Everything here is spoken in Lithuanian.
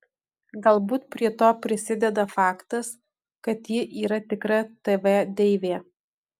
galbūt prie to prisideda faktas kad ji yra tikra tv deivė